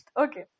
Okay